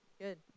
Good